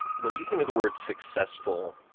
when you think of the word successful,